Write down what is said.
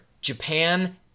Japan